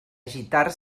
gitar